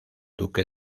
duque